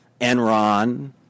Enron